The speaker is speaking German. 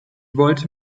wollte